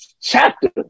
chapter